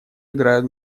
играют